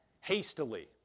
hastily